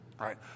Right